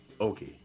Okay